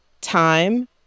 Time